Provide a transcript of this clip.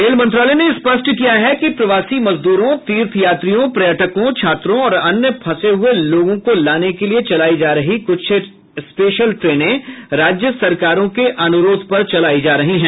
rail मंत्रालय ने स्पष्ट किया है कि प्रवासी मजदूरों तीर्थयात्रियों पर्यटकों छात्रों और अन्य फंसे हुए लोगों को लाने के लिए चलाई जा रही कुछ ट्रेनें राज्य सरकारों के अनुरोध पर चलाई जा रही हैं